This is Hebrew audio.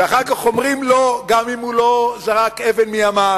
ואחר כך אומרים לו, גם אם הוא לא זרק אבן מימיו,